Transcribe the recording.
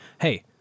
hey